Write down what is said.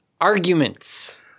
arguments